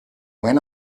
went